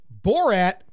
Borat